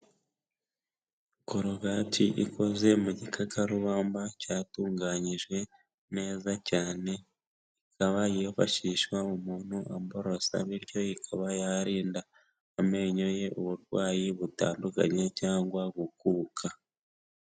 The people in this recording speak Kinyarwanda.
Korogati ikoze mu gikakarubamba cyatunganyijwe neza cyane, ikaba yifashishwa umuntu aborosa bityo ikaba yarinda amenyo ye uburwayi butandukanye cyangwa gukuka.